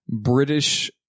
British